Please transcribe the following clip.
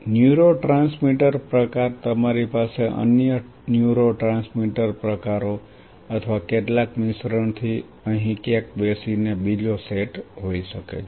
neurotransmitter પ્રકાર તમારી પાસે અન્ય ન્યુરોટ્રાન્સમીટર પ્રકારો અથવા કેટલાક મિશ્રણથી અહીં ક્યાંક બેસીને બીજો સેટ હોઈ શકે છે